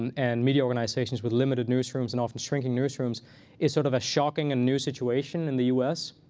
and and media organizations with limited newsrooms and often shrinking newsrooms is sort of a shocking and new situation in the us.